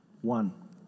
one